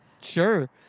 Sure